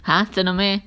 !huh! 真的 meh